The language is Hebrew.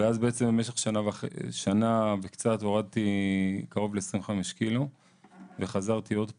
אז בעצם במשך שנה וקצת הורדתי קרוב ל-25 קילו וחזרתי עוד פעם,